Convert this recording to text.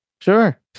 Sure